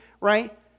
right